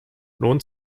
lohnt